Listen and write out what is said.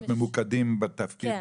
להיות ממוקדים במקצוע.